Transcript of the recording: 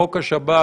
חוק השב"כ,